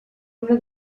una